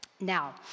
Now